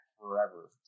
forever